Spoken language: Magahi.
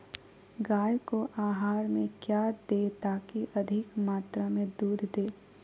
गाय को आहार में क्या दे ताकि अधिक मात्रा मे दूध दे?